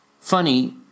Funny